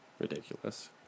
Ridiculous